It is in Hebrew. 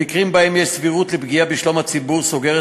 במקרים שבהם יש סבירות לפגיעה בשלום הציבור סוגרת